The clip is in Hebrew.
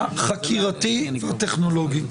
החקירתי, הטכנולוגי.